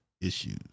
issues